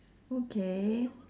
okay